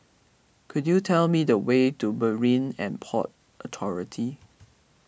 could you tell me the way to Marine and Port Authority